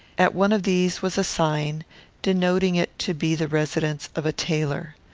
at one of these was a sign denoting it to be the residence of a tailor.